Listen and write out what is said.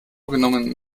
genommen